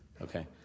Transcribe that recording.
Okay